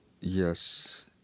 Yes